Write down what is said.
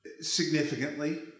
significantly